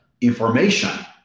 information